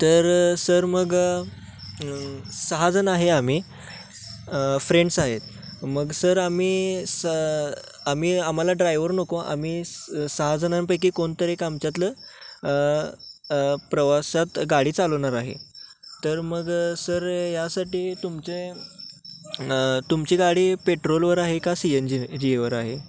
तर सर मग सहाजणं आहे आम्ही फ्रेंड्स आहेत मग सर आम्ही स आम्ही आम्हाला ड्रायव्हर नको आम्ही स सहाजणांपैकी कोणतरी एक आमच्यातलं प्रवासात गाडी चालवणार आहे तर मग सर यासाठी तुमचे तुमची गाडी पेट्रोलवर आहे का सी एन जीजीवर आहे